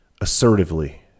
assertively